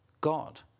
God